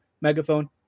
Megaphone